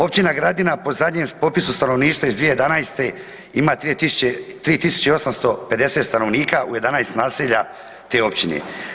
Općina Gradina po zadnjem popisu stanovništva iz 2011. ima 3850 stanovnika u 11 naselja te općine.